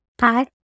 Hi